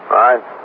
right